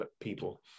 people